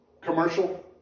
commercial